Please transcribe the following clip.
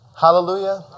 Hallelujah